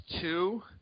two